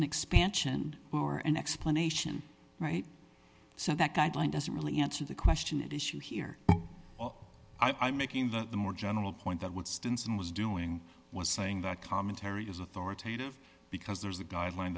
an expansion were an explanation right so that guideline doesn't really answer the question at issue here i'm making the more general point that would stinson was doing was saying that commentary is authoritative because there's a guideline